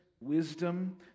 wisdom